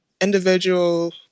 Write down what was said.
individual